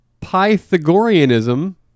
Pythagoreanism